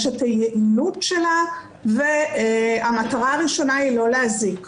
יש את היעילות שלה והמטרה הראשונה היא לא להזיק.